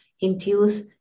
induce